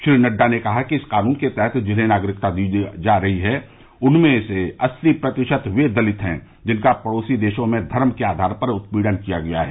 श्री नड्डा ने कहा कि इस कानून के तहत जिन्हें नागरिकता दी जा रही है उनमें से अस्सी प्रतिशत वे दलित हैं जिनका पड़ोसी देशों में धर्म के आधार पर उत्पीड़न किया गया है